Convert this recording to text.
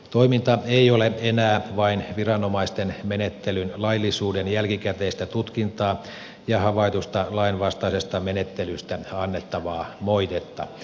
toiminta ei ole enää vain viranomaisten menettelyn laillisuuden jälkikäteistä tutkintaa ja havaitusta lainvastaisesta menettelystä annettavaa moitetta